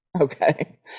Okay